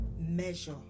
measure